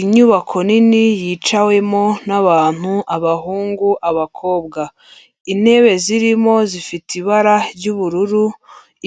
Inyubako nini yicawemo nabantu, abahungu, abakobwa, intebe zirimo zifite ibara ry'ubururu,